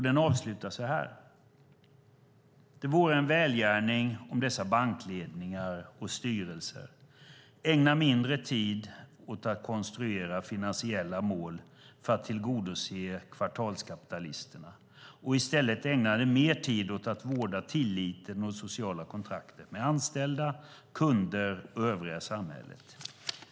Den avslutas så här: "Det vore en välgärning om dessa bankledningar och styrelser ägnade mindre tid åt att konstruera finansiella mål för att tillgodose kvartalskapitalisterna och i stället ägnade mer tid åt att vårda tilliten och det sociala kontraktet med anställda, kunder och övriga samhället.